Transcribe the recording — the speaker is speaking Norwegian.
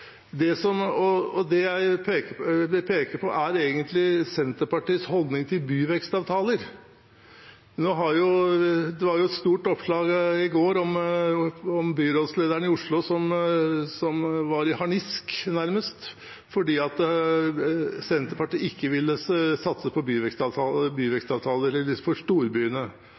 eventuell valgseier i 2021. Det jeg vil peke på, er egentlig Senterpartiets holdning til byvekstavtaler. Det var et stort oppslag i går om byrådslederen i Oslo, som nærmest var i harnisk fordi Senterpartiet ikke ville satse på byvekstavtaler for storbyene.